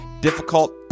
difficult